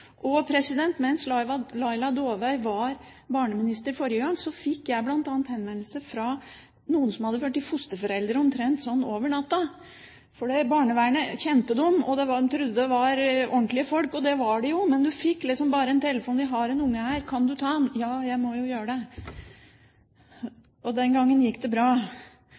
Laila Dåvøy var barneminister forrige gang, fikk jeg bl.a. henvendelse fra noen som hadde blitt fosterforeldre omtrent over natten fordi barnevernet kjente dem og trodde det var ordentlige folk, og det var det jo. Men de fikk bare en telefon: Vi har et barn her, kan du ta det? De måtte jo bare gjøre det. Den gangen gikk det bra.